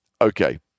Okay